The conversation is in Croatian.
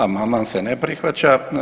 Amandman se ne prihvaća.